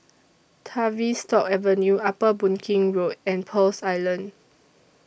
Tavistock Avenue Upper Boon Keng Road and Pearls Island